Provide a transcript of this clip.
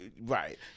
right